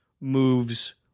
moves